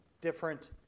different